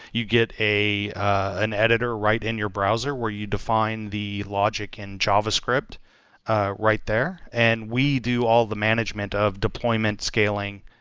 you get an editor right in your browser where you define the logic in javascript ah right there, and we do all the management of deployment scaling,